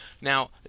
Now